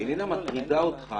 איננה מטרידה אותך